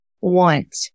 want